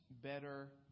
better